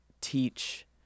teach